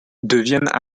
deviennent